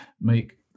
make